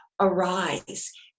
arise